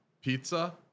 pizza